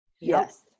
Yes